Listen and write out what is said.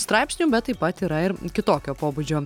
straipsnių bet taip pat yra ir kitokio pobūdžio